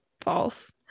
False